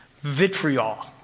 vitriol